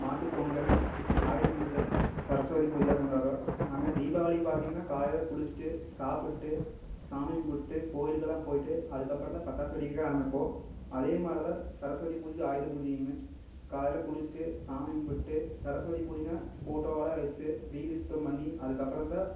மாட்டுப் பொங்கல் ஆயுத பூஜை சரஸ்வதி பூஜைலாம் கொண்டாடுறோம் நாங்கள் தீபாவளி பார்த்திங்கன்னா காலையில் குளித்துட்டு சாப்பிட்டு சாமி கும்பிட்டு கோயிலுக்கெல்லாம் போயிட்டு அதுக்கப்புறந்தான் பட்டாசு வெடிக்கிறதுக்கே ஆரம்பிப்போம் அதே மாதிரிதான் சரஸ்வதி பூஜையும் ஆயுத பூஜையுமே காலையில் குளித்துட்டு சாமி கும்பிட்டு சரஸ்வதி பூஜைனால் ஃபோட்டோவெல்லாம் வச்சு வீடு சுத்தம் பண்ணி அதுக்கப்புறந்தான்